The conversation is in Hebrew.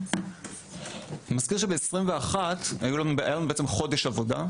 אני מזכיר שב-21 היה לנו בעצם חודש עבודה.